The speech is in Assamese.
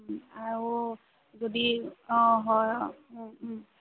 আৰু যদি অঁ হয় অঁ